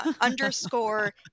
underscore